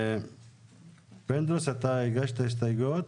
פינדרוס, אתה הגשת הסתייגויות?